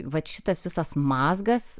vat šitas visas mazgas